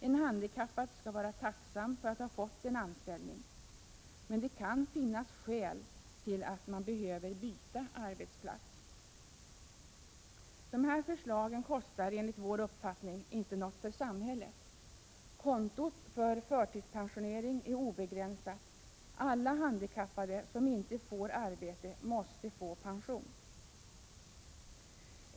En handikappad skall vara tacksam för att ha fått en anställning. Men det kan finnas skäl till att man behöver byta arbetsplats. Att genomföra våra förslag kostar enligt vår uppfattning inte något för samhället. Kontot för förtidspensionering är obegränsat. Alla handikappade som inte får arbete måste få pension.